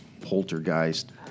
poltergeist